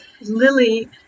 Lily